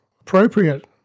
appropriate